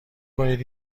کنید